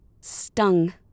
Stung